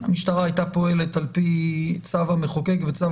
המשטרה הייתה פועלת על פי צו המחוקק וצו